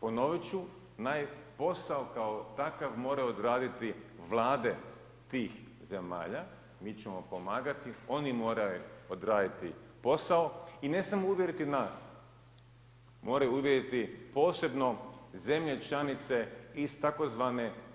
Ponoviti ću, najposao kao takav mora odraditi vlade tih zemalja, mi ćemo pomagati, oni moraju odraditi posao i ne samo uvjeriti nas, moraju uvjeriti posebno zemlje članice iz tzv.